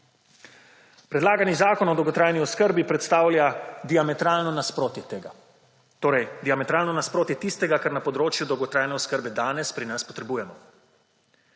Predlagani Zakon o dolgotrajni oskrbi predstavlja diametralno nasprotje tega, torej diametralno nasprotje tistega, kar na področju dolgotrajne oskrbe danes pri nas potrebujemo.